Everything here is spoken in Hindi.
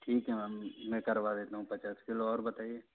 ठीक है मैम मैं करवा देता हूँ पचास किलो और बताइए